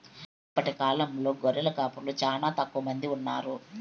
ఇప్పటి కాలంలో గొర్రెల కాపరులు చానా తక్కువ మంది ఉన్నారు